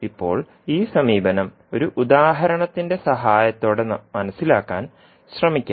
ഇപ്പോൾ ഈ സമീപനം ഒരു ഉദാഹരണത്തിന്റെ സഹായത്തോടെ മനസ്സിലാക്കാൻ ശ്രമിക്കാം